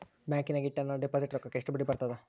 ಬ್ಯಾಂಕಿನಾಗ ಇಟ್ಟ ನನ್ನ ಡಿಪಾಸಿಟ್ ರೊಕ್ಕಕ್ಕ ಎಷ್ಟು ಬಡ್ಡಿ ಬರ್ತದ?